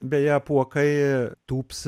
beje apuokai tūps